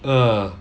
uh